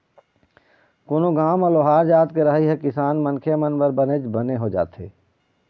कोनो गाँव म लोहार जात के रहई ह किसान मनखे मन बर बनेच बने हो जाथे